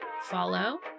follow